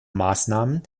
maßnahmen